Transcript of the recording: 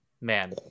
man